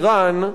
טוב,